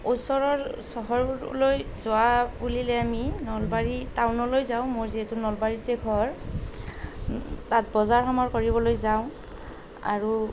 ওচৰৰ চহৰলৈ যোৱা বুলিলে আমি নলবাৰী টাউনলৈ যাওঁ মোৰ যিহেতু নলবাৰীতে ঘৰ তাত বজাৰ সমাৰ কৰিবলৈ যাওঁ আৰু